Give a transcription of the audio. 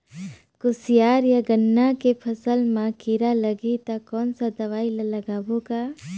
कोशियार या गन्ना के फसल मा कीरा लगही ता कौन सा दवाई ला लगाबो गा?